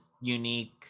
unique